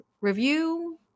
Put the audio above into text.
review